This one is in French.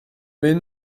mais